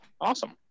awesome